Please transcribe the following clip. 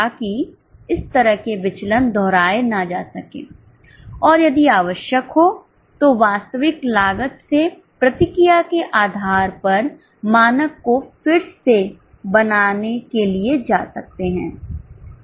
ताकि इस तरह के विचलन दोहराए ना जा सके और यदि आवश्यक हो तो वास्तविक लागत से प्रतिक्रिया के आधार पर मानक को फिर से बनाने के लिए जा सकते हैं